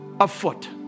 afoot